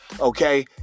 Okay